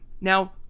Now